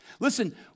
Listen